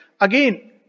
Again